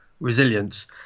resilience